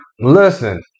Listen